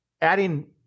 adding